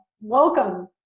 Welcome